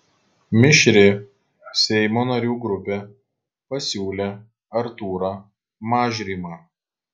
mišri seimo narių grupė pasiūlė artūrą mažrimą